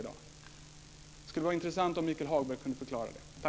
Det skulle vara intressant om Michael Hagberg kunde förklara detta.